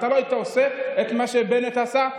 אתה לא היית עושה את מה שבנט עשה,